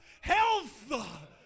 health